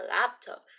laptop